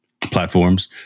platforms